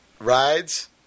Rides